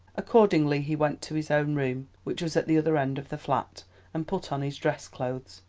accordingly he went to his own room which was at the other end of the flat and put on his dress clothes.